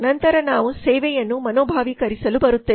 ನಂತರ ನಾವು ನಮ್ಮ ಸೇವೆಯನ್ನು ಮನೋಭಾವಿಕರಿಸಲು ಬರುತ್ತೇವೆ